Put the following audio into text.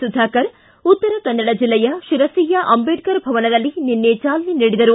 ಸುಧಾಕರ್ ಉತ್ತರಕನ್ನಡ ಜಿಲ್ಲೆಯ ಶಿರಸಿಯ ಅಂಬೇಡ್ಕರ್ ಭವನದಲ್ಲಿ ನಿನ್ನೆ ಚಾಲನೆ ನೀಡಿದರು